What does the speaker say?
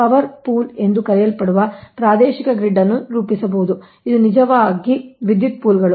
power pool ಎಂದು ಕರೆಯಲ್ಪಡುವ ಪ್ರಾದೇಶಿಕ ಗ್ರಿಡ್ ಅನ್ನು ರೂಪಿಸಬಹದು ಇದು ನಿಜವಾಗಿ ವಿದ್ಯುತ್ ಪೂಲ್ಗಳು